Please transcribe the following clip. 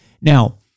Now